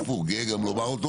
הפוך גם גאה לומר אותו